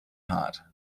hart